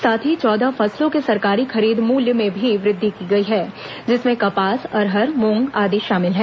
साथ ही चौदह फसलों के सरकारी खरीद मूल्य में भी वृद्वि की गई है जिसमें कपास अरहर मूंग आदि शामिल हैं